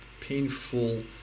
painful